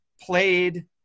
played